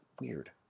Weird